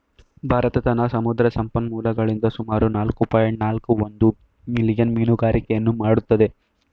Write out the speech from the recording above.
ಭಾರತ ತನ್ನ ಸಮುದ್ರ ಸಂಪನ್ಮೂಲಗಳಿಂದ ಸುಮಾರು ನಾಲ್ಕು ಪಾಯಿಂಟ್ ನಾಲ್ಕು ಒಂದು ಮಿಲಿಯನ್ ಮೀನುಗಾರಿಕೆಯನ್ನು ಮಾಡತ್ತದೆ